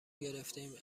گرفتهایم